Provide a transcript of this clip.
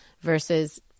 Versus